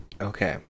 Okay